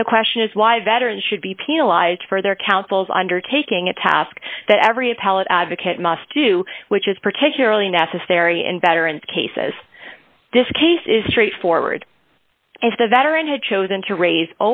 and the question is why veterans should be penalized for their counsel's undertaking a task that every appellate advocate must do which is particularly necessary and better and cases this case is straightforward if the veteran had chosen to raise